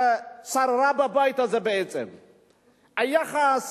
ששררה בבית הזה, היחס